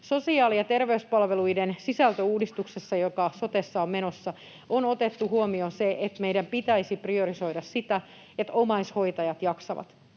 Sosiaali- ja terveyspalveluiden sisältöuudistuksessa, joka sotessa on menossa, on otettu huomioon se, että meidän pitäisi priorisoida sitä, että omaishoitajat jaksavat.